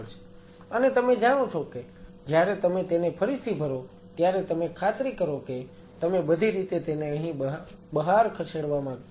અને તમે જાણો છો કે જયારે તમે તેને ફરીથી ભરો ત્યારે તમે ખાતરી કરો કે તમે બધી રીતે તેને અહીં બહાર ખસેડવા માંગતા નથી